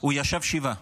הוא ישב שבעה.